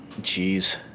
Jeez